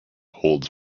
holds